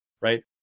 Right